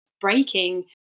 breaking